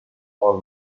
paul